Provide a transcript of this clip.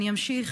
אני אמשיך,